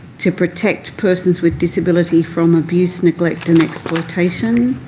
to protect persons with disability from abuse, neglect and exploitation,